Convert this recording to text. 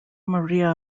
maria